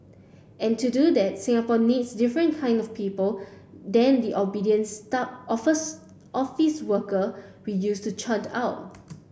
and to do that Singapore needs different kinds of people than the obedient office worker we used to churn out